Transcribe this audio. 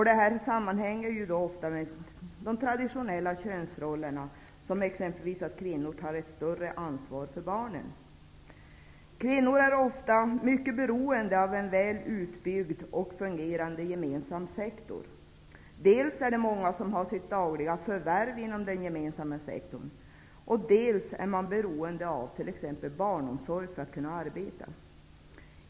Det hänger ofta samman med de traditionella könsrollerna, exempelvis att kvinnor tar ett större ansvar för barnen. Kvinnor är ofta mycket beroende av en väl utbyggd och fungerande gemensam sektor. Dels är det många som har sitt dagliga värv inom den gemensamma sektorn, dels är man beroende av t.ex. barnomsorg för att kunna arbeta.